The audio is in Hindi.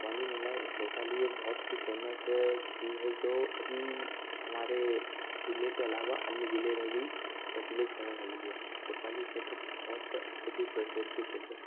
भोपाली मेला भोपाली एक बहुत ही फे़मस चीज़ है जो अभी हमारे ज़िले के अलावा अन्य ज़िलों में भी प्रचलित होने लगी है भोपाली क्षेत्र बहुत अत्यधिक प्रसिद्ध क्षेत्र